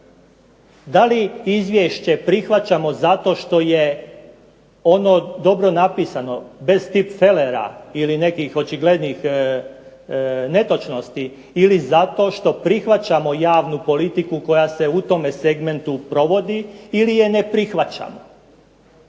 Da li izvješće prihvaćamo zato što je ono dobro napisano bez tip felera ili nekih očiglednih netočnosti ili zato što prihvaćamo javnu politiku koja se u tome segmentu provodi ili je ne prihvaćamo.